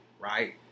right